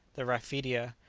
the raphidia,